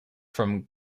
from